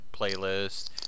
playlist